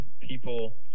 people